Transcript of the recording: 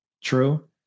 True